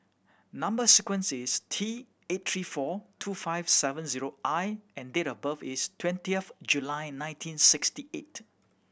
number sequence is T eight three four two five seven zero I and date of birth is twentieth July nineteen sixty eight